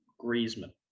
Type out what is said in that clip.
Griezmann